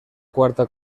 cuarta